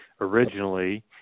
originally